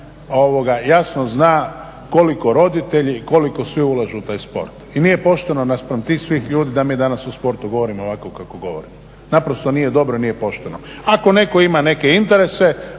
strane, jasno zna koliko roditelji i koliko svi ulažu u taj sport i nije pošteno naspram tih svih ljudi da mi danas o sportu govorimo ovako kako govorimo. Naprosto nije dobro i nije pošteno. Ako netko ima neke interese,